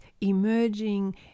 emerging